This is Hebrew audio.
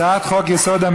הצעת חוק-יסוד: